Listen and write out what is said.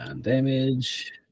damage